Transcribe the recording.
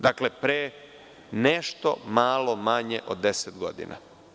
Dakle, pre nešto malo manje od 10 godina.